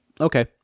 Okay